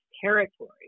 territory